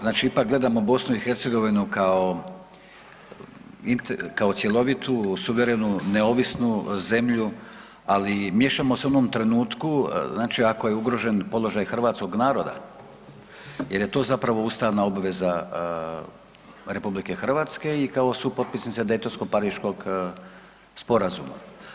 Znači ipak gledamo BiH kao cjelovitu, suverenu neovisnu zemlju ali miješamo se u onom trenutku, znači ako je ugrožen položaj Hrvatskog naroda, jer je to zapravo ustavna obveza RH i kao supotpisnice Daytonsko-Pariškog sporazuma.